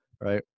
right